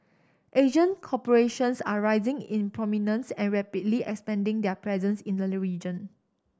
Asian corporations are rising in prominence and rapidly expanding their presence in the region